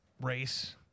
race